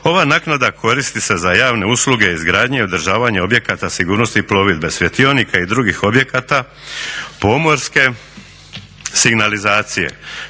Ova naknada koristi se za javne usluge izgradnje i održavanje objekata sigurnosti plovidbe, svjetionika i drugih objekata, pomorske signalizacije